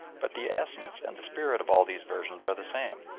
but the essence and the spirit of all these versions are the same.